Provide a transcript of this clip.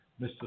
Mr